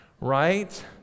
right